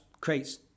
creates